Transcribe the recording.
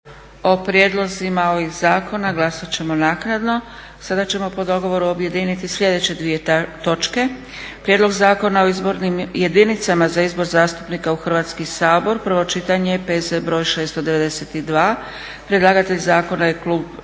**Zgrebec, Dragica (SDP)** Sada ćemo po dogovoru objediniti sljedeće dvije točke: 9. Prijedlog zakona o izbornim jedinicama za izbor zastupnika u Hrvatski sabor, prvo čitanje, P.Z. br. 692 – Predlagatelj Klub